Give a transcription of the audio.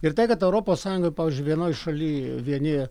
ir tai kad europos sąjungą pavyzdžiui vienoj šaly vieni